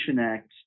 Act